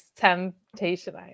Temptation